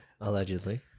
Allegedly